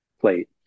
plate